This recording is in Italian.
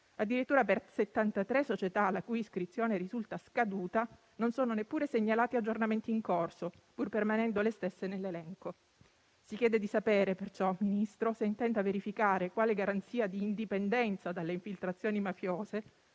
Addirittura per 73 società, la cui iscrizione risulta scaduta, non sono neppure segnalati aggiornamenti in corso, pur permanendo le stesse nell'elenco. Signor Ministro, si chiede perciò di sapere se intenda verificare quale garanzia di indipendenza dalle infiltrazioni mafiose